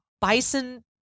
bison